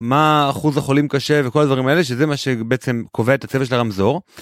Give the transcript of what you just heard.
מה אחוז החולים קשה וכל הדברים האלה שזה מה שבעצם קובע את הצבע של הרמזור.